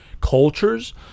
cultures